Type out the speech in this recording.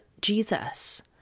Jesus